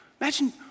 Imagine